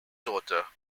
daughter